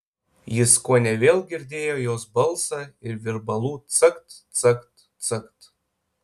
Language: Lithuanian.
jis kone vėl girdėjo jos balsą ir virbalų cakt cakt cakt